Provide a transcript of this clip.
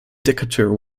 decatur